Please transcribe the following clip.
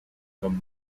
comme